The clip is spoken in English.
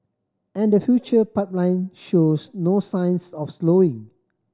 and the future pipeline shows no signs of slowing